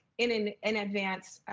in in and advance,